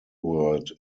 world